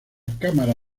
cámara